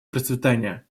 процветание